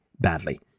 badly